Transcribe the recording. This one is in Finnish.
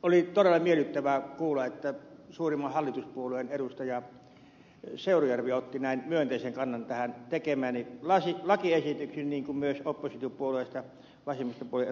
oli todella miellyttävää kuulla että suurimman hallituspuolueen edustaja seurujärvi otti näin myönteisen kannan tähän tekemääni lakiesitykseen niin kuin myös oppositiopuolueista vasemmistopuolen ed